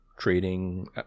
trading